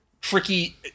tricky